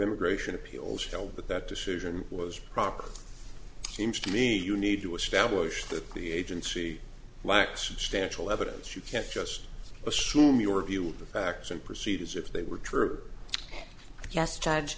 immigration appeals fail but that decision was proper interest me you need to establish that the agency lacked substantial evidence you can't just assume your view of the facts and proceed as if they were true yes judge